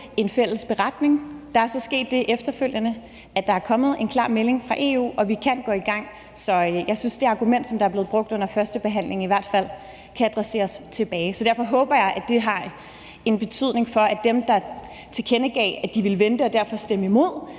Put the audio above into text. en fælles beretning. Der er så sket det efterfølgende, at der er kommet en klar melding fra EU, og vi kan gå i gang. Så jeg synes, at det argument, der er blevet brugt under førstebehandlingen, i hvert fald kan adresseres tilbage. Så derfor håber jeg, at det har en betydning, i forhold til at dem, der tilkendegav, at de ville vente, og at de derfor ville stemme imod,